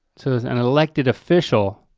so as an elected official,